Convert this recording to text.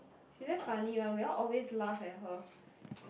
she very funny one we all always laugh at her